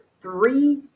three